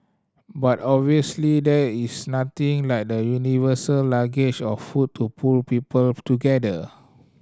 but obviously there is nothing like the universal language of food to pull people together